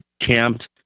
camped